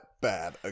bad